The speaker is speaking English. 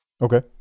Okay